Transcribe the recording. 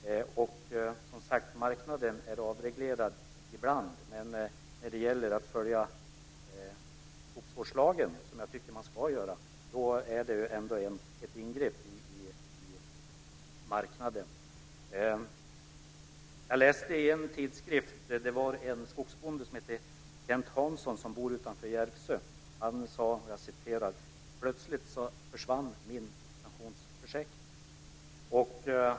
Som sagt, marknaden är avreglerad i vissa avseenden, men att följa skogsvårdslagen innebär ändå ett ingrepp i marknaden. Jag läste i en tidskrift om en skogsbonde som hette Kent Hansson och bor utanför Järvsö. Han sade: Plötsligt försvann min pensionsförsäkring.